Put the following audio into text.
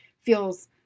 feels